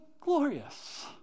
glorious